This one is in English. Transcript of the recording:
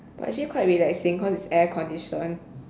but actually quite relaxing cause it's air conditioned